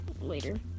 later